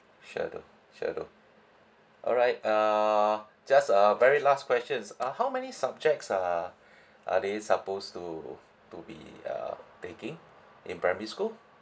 sure do sure do all right uh just a very last questions uh how many subjects uh are they supposed to to be um taking in primary school